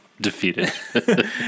defeated